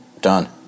Done